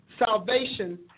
salvation